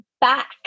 back